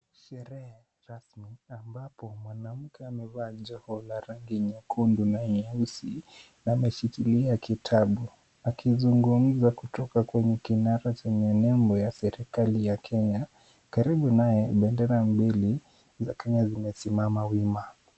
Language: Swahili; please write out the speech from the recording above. Sherehe rasmi ambapo mwanamke amevaa joho la rangi nyekundu na nyeusi, ameshikilia kitabu akizungumza kutoka kwenye kinara chenye nembo ya serikali ya Kenya. Karibu naye bendera mbili za Kenya zimesimama wima.